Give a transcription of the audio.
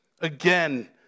Again